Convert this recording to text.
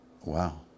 Wow